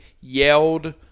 yelled